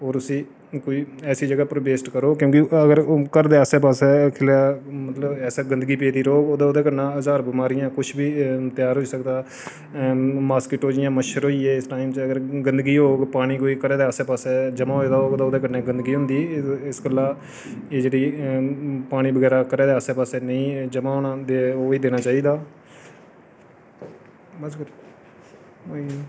होर उसी कोई ऐसी जगह् पर वेस्ट करो क्योंकि अगर घर दे आस्सै पास्सै मतलब ऐसी गंदगी पेदी रौह्ग ओह्दे कन्नै हजार बमारियां कुछ बी तेआर होई सकदा मासकिटो जियां मच्छर होई गे इस टाइम च अगर गंदगी होग पानी कोई घरै दै आस्सै पास्सै ज'मा होए दा होग ते ओह्दे कन्नै गंदगी होगी इस गल्ला एह् जेह्ड़ी पानी बगैरा घरै दे आस्सै पास्सै नेईं ज'मा होई देना चाहिदा